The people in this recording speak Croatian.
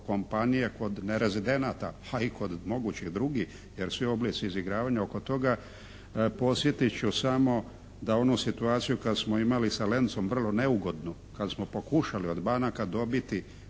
kompanija kod nerezidenata, a i kod mogućih drugih, jer svi oblici izigravanja oko toga podsjetit ću samo da onu situaciju kad smo imali sa "Lencom" vrlo neugodnu, kada smo pokušali od banaka dobiti